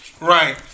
Right